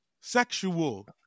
sexual